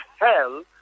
hell